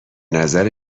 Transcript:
نظر